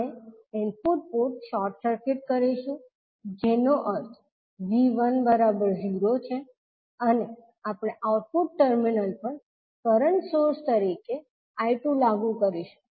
આપણે input port short circuit કરીશું જેનો અર્થ 𝐕1 𝟎 છે અને આપણે આઉટપુટ ટર્મિનલ પર કરંટ સોર્સ તરીકે 𝐈2 લાગુ કરીશું